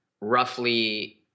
roughly